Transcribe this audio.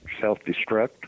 self-destruct